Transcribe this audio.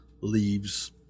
leaves